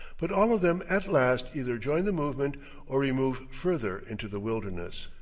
but all of them at last either join the movement or remove further into the wilderness.